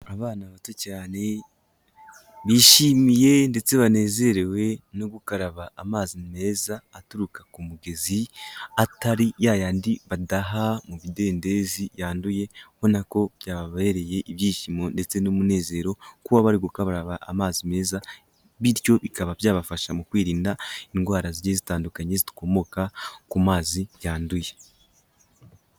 Abana bato cyane bishimiye ndetse banezerewe no gukaraba amazi meza aturuka ku mugezi, atari ya yandi badaha mu bidendezi yanduye, ubona ko byababereye ibyishimo ndetse n'umunezero kuba bari gukaraba amazi meza, bityo bikaba byabafasha mu kwirinda indwara zigiye zitandukanye zikomoka ku mazi yanduye.